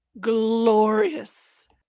glorious